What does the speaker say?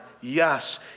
Yes